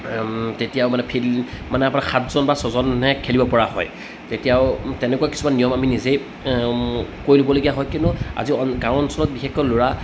তেতিয়াও মানে ফিল্ড মানে আপোনাৰ সাতজন বা ছজনেহে খেলিব পৰা হয় তেতিয়াও তেনেকুৱা কিছুমান নিয়ম আমি নিজেই কৰি ল'বলগীয়া হয় কিন্তু আজি গাঁও অঞ্চলত বিশেষকৈ ল'ৰা